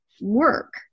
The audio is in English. work